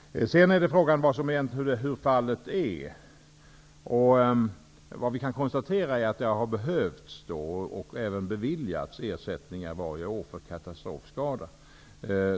Sedan är det fråga om hur fallet är. Man kan konstatera att det varje år har behövts och även har beviljats ersättningar för katastrofskador.